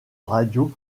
radio